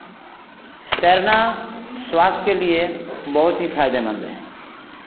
तैरना स्वास्थ्य के लिए बहुत ही फ़ायदेमंद हैं